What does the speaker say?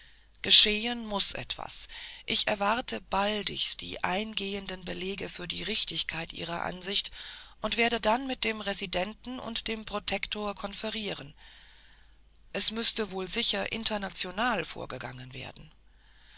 geschehen muß etwas ich erwarte baldigst die eingehenden belege für die richtigkeit ihrer ansicht und werde dann mit dem residenten und dem protektor konferieren es müßte wohl sicher international vorgegangen werden